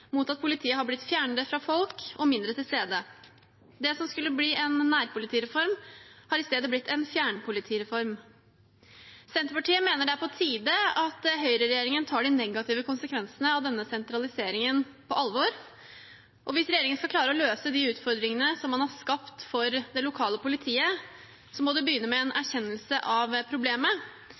mot at politiet har blitt fjernere fra folk og mindre til stede. Det som skulle bli en nærpolitireform, har i stedet blitt en fjernpolitireform. Senterpartiet mener det er på tide at Høyre-regjeringen tar de negative konsekvensene av denne sentraliseringen på alvor. Hvis regjeringen skal klare å løse de utfordringene man har skapt for det lokale politiet, må det begynne med en erkjennelse av problemet.